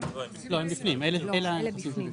לא הם בפנים אלה בפנים.